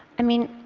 i mean,